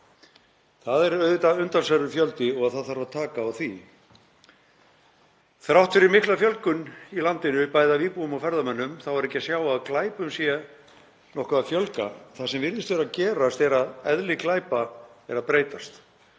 Það er auðvitað umtalsverður fjöldi og það þarf að taka á því. Þrátt fyrir mikla fjölgun í landinu, bæði íbúa og ferðamanna, er ekki að sjá að glæpum sé nokkuð að fjölga. Það sem virðist vera að gerast er að eðli glæpa er að breytast.